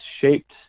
shaped